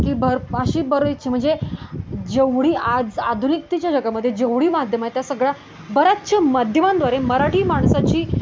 की भर अशी बरीच म्हणजे जेवढी आज आधुनिकतेच्या जगामध्ये जेवढी माध्यम आहे त्या सगळ्या बऱ्याचशा मध्यमांद्वारे मराठी माणसाची